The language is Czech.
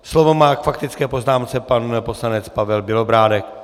Slovo má k faktické poznámce pan poslanec Pavel Bělobrádek.